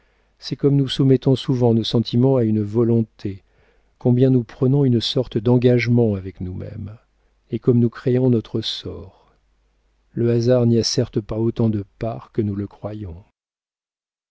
c'est comme nous soumettons souvent nos sentiments à une volonté combien nous prenons une sorte d'engagement avec nous-mêmes et comme nous créons notre sort le hasard n'y a certes pas autant de part que nous le croyons